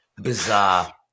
Bizarre